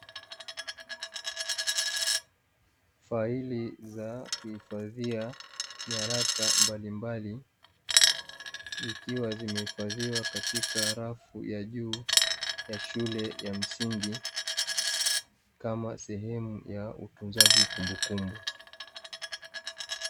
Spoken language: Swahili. Faili za kuhifadhia nyaraka mbalimbali ikiwa zimehifadhiwa katika rafu ya juu ya shule ya msingi, kama sehemu ya utunzaji kumbukumbu.